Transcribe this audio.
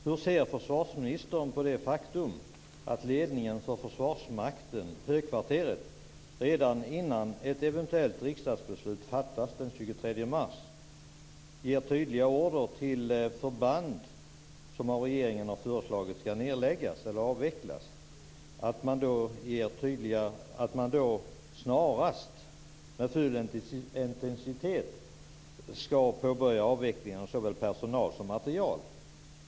Hur ser försvarsministern på det faktum att ledningen för Försvarsmakten, Högkvarteret, redan innan ett eventuellt riksdagsbeslut fattas den 23 mars ger tydliga order till förband som regeringen har föreslagit ska avvecklas om att man snarast med full intensitet ska påbörja avvecklingen av såväl personal som materiel?